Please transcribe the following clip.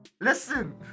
Listen